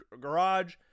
garage